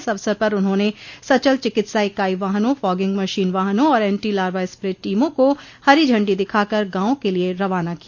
इस अवसर पर उन्होंने सचल चिकित्सा इकाई वाहनों फागिंग मशीन वाहनों और एन्टी लावा स्प्रे टीमों को हरी झण्डी दिखाकर गॉवों के लिए रवाना किया